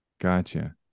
gotcha